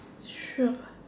sure